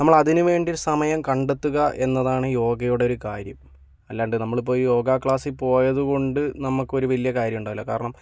നമ്മളതിന് വേണ്ടി ഒരു സമയം കണ്ടെത്തുക എന്നതാണ് യോഗയുടെ ഒരു കാര്യം അല്ലാതെ നമ്മളിപ്പോൾ ഈ യോഗ ക്ലാസ്സിൽ പോയതുകൊണ്ട് നമുക്കൊരു വലിയ കാര്യമുണ്ടാകില്ല കാരണം